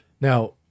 Now